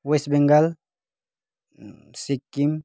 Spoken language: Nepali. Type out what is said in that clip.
वेस्ट बङ्गाल सिक्किम